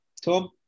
Tom